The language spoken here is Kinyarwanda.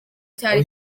cyari